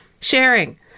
Sharing